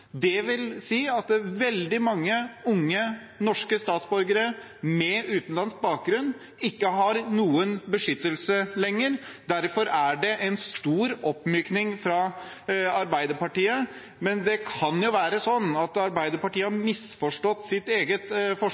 dvs. at veldig mange unge norske statsborgere med utenlandsk bakgrunn ikke har noen beskyttelse lenger. Derfor er det en stor oppmykning fra Arbeiderpartiet. Det kan jo være sånn at Arbeiderpartiet har misforstått sitt eget forslag,